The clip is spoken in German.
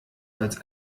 als